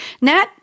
Nat